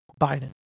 Biden